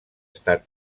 estat